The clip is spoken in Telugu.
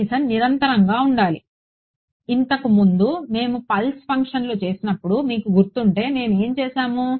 కనీసం నిరంతరంగా ఉండాలి ఇంతకు ముందు మేము పల్స్ ఫంక్షన్లు చేసినప్పుడు మీకు గుర్తుంటే మేము ఏమి చేసాము